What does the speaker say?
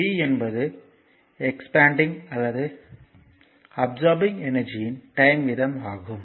p என்பது expanding அல்லது absorbing எனர்ஜியின் டைம் வீதம் ஆகும்